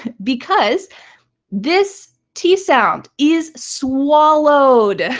because this t sound is swallowed.